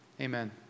Amen